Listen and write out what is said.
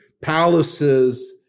palaces